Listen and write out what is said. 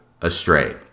astray